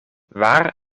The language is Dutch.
waar